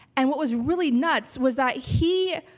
and what was really nuts was that he,